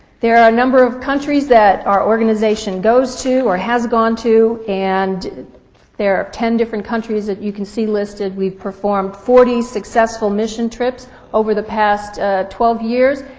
there are a number of countries that our organization goes to or has gone to, and there are ten different countries that you can see listed. we've performed forty successful mission trips over the past twelve years,